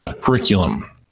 curriculum